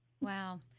Wow